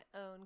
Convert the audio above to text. own